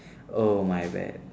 oh my bad